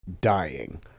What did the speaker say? dying